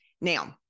Now